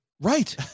Right